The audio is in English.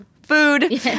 Food